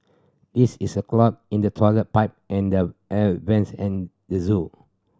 this is a clog in the toilet pipe and the air vents at the zoo